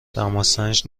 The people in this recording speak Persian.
دماسنج